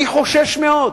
אני חושש מאוד,